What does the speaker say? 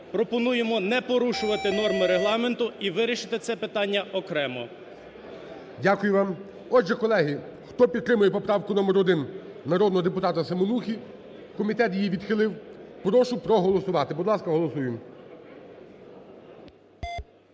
пропонуємо не порушувати норми Регламенту і вирішити це питання окремо. ГОЛОВУЮЧИЙ. Дякую вам. Отже, колеги, хто підтримує поправку номер один народного депутата Семенухи, комітет її відхилив, прошу проголосувати. Будь ласка, голосуємо.